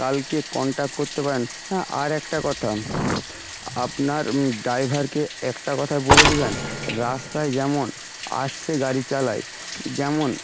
কালকে কন্ট্যাক্ট করতে পারেন হ্যাঁ আর একটা কথা আপনার ড্রাইভারকে একটা কথা বলে দিবেন রাস্তায় যেমন আস্তে গাড়ি চালায় যেমন